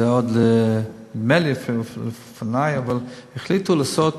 זה עוד לפנַי, נדמה לי, החליטו לעשות